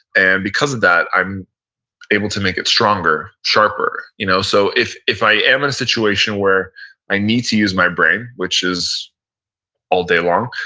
and because of that i'm able to make it stronger, sharper you know so if if i am in a situation where i need to use my brain, which is all day long,